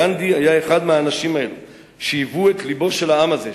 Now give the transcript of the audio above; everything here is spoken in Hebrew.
גנדי היה אחד האנשים האלה שהיוו את לבו של העם הזה,